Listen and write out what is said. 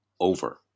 over